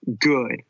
good